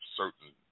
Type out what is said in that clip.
certain